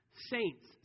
Saints